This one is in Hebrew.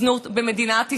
זנות במדינת ישראל,